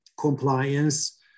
compliance